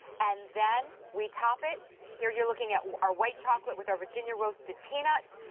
and then we top it you're you're looking at our white chocolate with our virginia roasted peanuts.